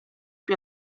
più